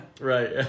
Right